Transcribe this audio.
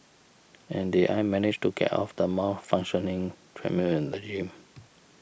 and did I manage to get off the malfunctioning treadmill in the gym